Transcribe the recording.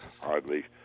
Hardly